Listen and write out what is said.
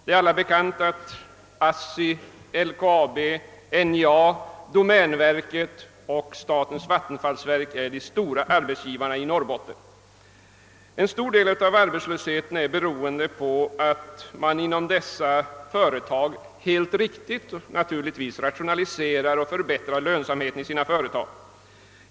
Det är allom bekant att ASSI, LKAB, NJA, domänverket och statens vattenfallsverk är de stora arbetsgivarna i Norrbotten. En stor del av arbetslösheten beror på att man inom dessa företag — naturligtvis helt riktigt — rationaliserar och förbättrar lönsamheten.